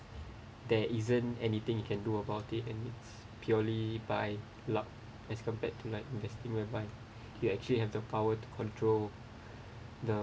there isn't anything you can do about it and it's purely by luck as compared to like investing whereby they actually have the power to control the